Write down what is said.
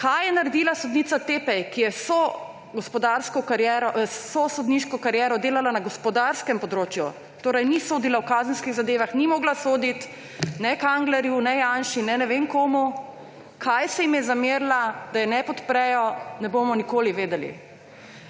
Kaj je naredila sodnica Teppey, ki je vso gospodarsko kariero, vso sodniško kariero delala na gospodarskem področju? Torej ni sodila o kazenskih zadevah, ni mogla soditi na Kanglerju, ne Janši, ne ne vem komu – kaj se jim je zamerila, da je ne podprejo, ne bomo nikoli vedeli.